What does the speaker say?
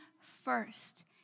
first